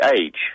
age